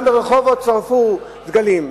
גם ברחובות שרפו דגלים,